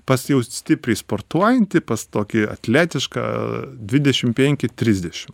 pats jau stipriai sportuojantį pas tokį atletišką dvidešim penki trisdešim